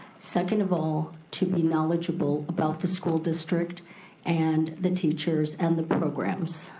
second of all, to be knowledgeable about the school district and the teachers and the programs.